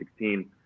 2016